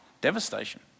devastation